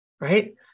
right